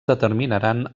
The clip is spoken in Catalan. determinaran